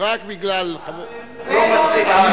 עוול לא מצדיק עוול.